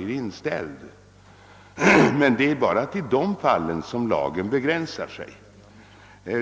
en inställd resa, men det är till sådana fall som lagen nu begränsar sig.